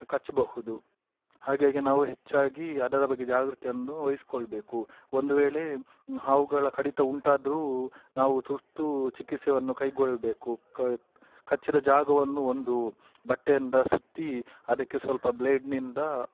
ಕಚ್ಚಬಹುದು ಹಾಗಾಗಿ ನಾವು ಹೆಚ್ಚಾಗಿ ಅದರ ಬಗ್ಗೆ ಜಾಗ್ರತೆ ಅನ್ನು ವಹಿಸಿಕೊಳ್ಬೇಕು ಒಂದು ವೇಳೆ ಹಾವುಗಳ ಕಡಿತ ಉಂಟಾದರೂ ನಾವು ತುರ್ತು ಚಿಕಿತ್ಸೆಯನ್ನು ಕೈಗೊಳ್ಳಬೇಕು ಕಚ್ಚಿದ ಜಾಗವನ್ನು ಒಂದು ಬಟ್ಟೆಯಿಂದ ಸುತ್ತಿ ಅದಕ್ಕೆ ಸ್ವಲ್ಪ ಬ್ಲೇಡ್ನಿಂದ